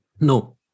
No